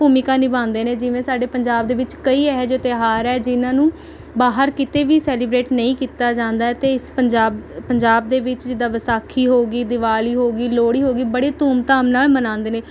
ਭੁਮਿਕਾ ਨਿਭਾਉਂਦੇ ਨੇ ਜਿਵੇਂ ਸਾਡੇ ਪੰਜਾਬ ਦੇ ਵਿੱਚ ਕਈ ਇਹੋ ਜਿਹੇ ਤਿਉਹਾਰ ਹੈ ਜਿਨ੍ਹਾਂ ਨੂੰ ਬਾਹਰ ਕਿਤੇ ਵੀ ਸੈਲੀਬਰੇਟ ਨਹੀਂ ਕੀਤਾ ਜਾਂਦਾ ਅਤੇ ਇਸ ਪੰਜਾਬ ਪੰਜਾਬ ਦੇ ਵਿੱਚ ਜਿੱਦਾਂ ਵਿਸਾਖੀ ਹੋ ਗਈ ਦਿਵਾਲੀ ਹੋ ਗਈ ਲੋਹੜੀ ਹੋ ਗਈ ਬੜੀ ਧੂਮ ਧਾਮ ਨਾਲ ਮਨਾਉਂਦੇ ਨੇ